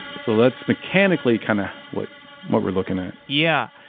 so that's mechanically kind of what what we're looking at yeah.